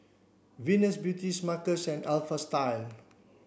Venus Beauty Smuckers and Alpha Style